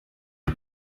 byo